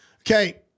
Okay